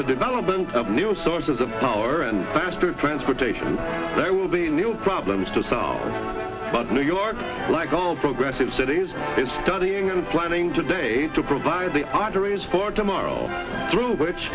the development of new sources of power and faster transportation there will be new problems to solve but new york like all progressive cities is studying and planning today to provide the batteries for tomorrow through which